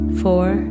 four